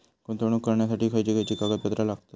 गुंतवणूक करण्यासाठी खयची खयची कागदपत्रा लागतात?